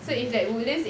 mm